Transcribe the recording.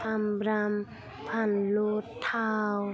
सामब्राम फानलु थाव